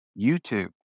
YouTube